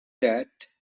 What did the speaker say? that